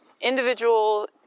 individual